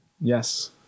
yes